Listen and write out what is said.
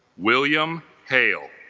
william hale